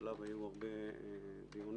שעליו היו הרבה דיונים.